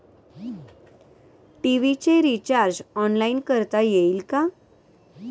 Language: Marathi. टी.व्ही चे रिर्चाज ऑनलाइन करता येईल का?